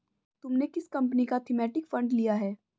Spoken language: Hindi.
तुमने किस कंपनी का थीमेटिक फंड लिया है?